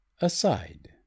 Aside